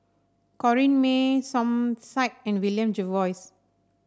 Corrinne May Som Said and William Jervois